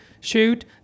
shoot